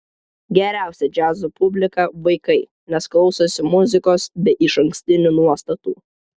geriausia džiazo publika vaikai nes klausosi muzikos be išankstinių nuostatų